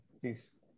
please